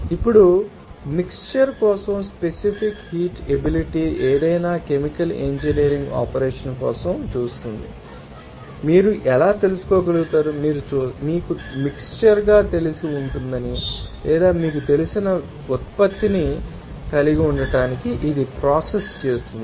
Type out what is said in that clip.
ఇప్పుడు మిక్శ్చర్ కోసం specific heat ability ఏదైనా కెమికల్ ఇంజనీరింగ్ ఆపరేషన్ కోసం చూస్తుందని మీరు ఎలా తెలుసుకోగలుగుతారో మీరు చూస్తారు మీకు మిక్శ్చర్ గా తెలిసి ఉంటుంది లేదా మీకు తెలిసిన ఉత్పత్తిని కలిగి ఉండటానికి ఇది ప్రాసెస్ చేస్తోంది